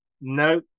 No